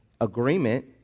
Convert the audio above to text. Agreement